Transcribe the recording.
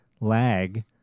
lag